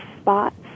spots